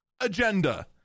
agenda